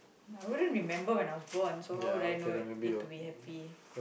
I wouldn't remember when I was born so how would I know it to be happy